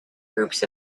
groups